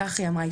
כך היא אמרה,